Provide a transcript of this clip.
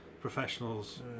professionals